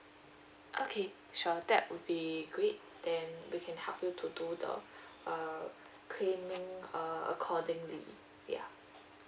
okay sure that will be great then we can help you to do the uh claiming uh accordingly ya